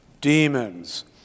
demons